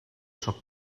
sóc